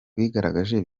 wigaragaje